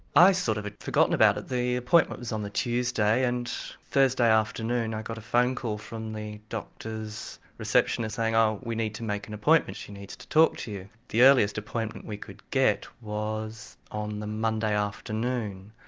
i sort of had forgotten about it. the appointment was on the tuesday, and thursday afternoon i got a phone call from the doctor's receptionist saying oh we need to make an appointment, she needs to talk to you. the earliest appointment we could get was on the monday afternoon.